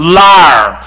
liar